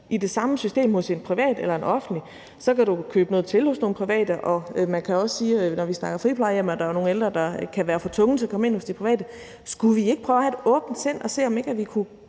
i det samme system hos det private og det offentlige, og så kan du købe noget til hos nogle private. Og man kan også sige, når vi snakker friplejehjem, at der jo kan være nogle ældre, der er for tunge til at komme ind hos de private. Skulle vi ikke prøve at have et åbent sind og se, om vi ikke kunne